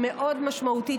מאוד משמעותית,